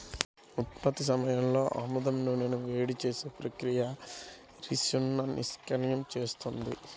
ఉత్పత్తి సమయంలో ఆముదం నూనెను వేడి చేసే ప్రక్రియ రిసిన్ను నిష్క్రియం చేస్తుంది